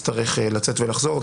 ונצלול אל תוך החזקה עוד